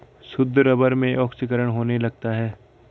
शुद्ध रबर में ऑक्सीकरण होने लगता है